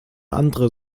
andere